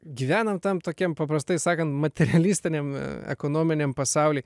gyvenam tam tokiam paprastai sakant materialistiniam ekonominiam pasauly